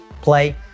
play